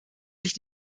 sich